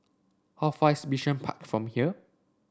how far is Bishan Park from here